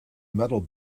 metal